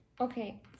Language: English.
Okay